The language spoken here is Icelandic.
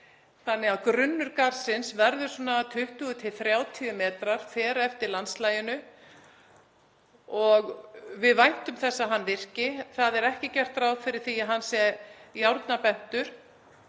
þannig að grunnur garðsins verður um 20–30 metrar, fer eftir landslaginu, og við væntum þess að hann virki. Það er ekki er gert ráð fyrir því að garðurinn sé járnbentur.